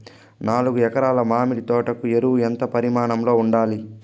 నాలుగు ఎకరా ల మామిడి తోట కు ఎరువులు ఎంత పరిమాణం లో ఉండాలి?